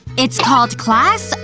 it's called class,